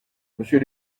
monsieur